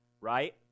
Right